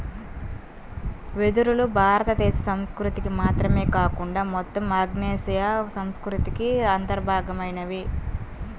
వెదురులు భారతదేశ సంస్కృతికి మాత్రమే కాకుండా మొత్తం ఆగ్నేయాసియా సంస్కృతికి అంతర్భాగమైనవి